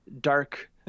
dark